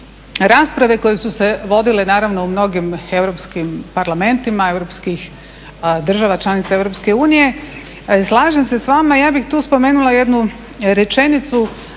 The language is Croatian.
rasprave koje su se vodile naravno u mnogim europskim parlamentima europskih država članica EU. Slažem se s vama. Ja bih tu spomenula jednu rečenicu